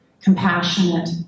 compassionate